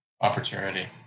opportunity